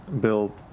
Bill